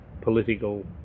political